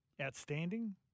Outstanding